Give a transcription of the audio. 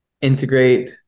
integrate